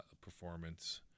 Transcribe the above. performance